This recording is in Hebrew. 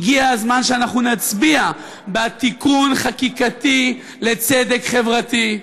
הגיע הזמן שנצביע בעד תיקון חקיקתי לצדק חברתי,